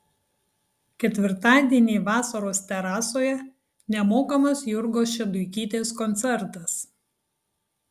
ketvirtadienį vasaros terasoje nemokamas jurgos šeduikytės koncertas